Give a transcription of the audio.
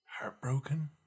Heartbroken